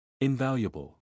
Invaluable